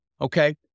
Okay